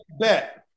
bet